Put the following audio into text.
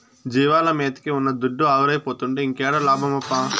జీవాల మేతకే ఉన్న దుడ్డు ఆవిరైపోతుంటే ఇంకేడ లాభమప్పా